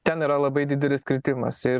ten yra labai didelis kritimas ir